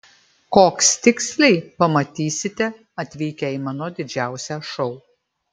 koks tiksliai pamatysite atvykę į mano didžiausią šou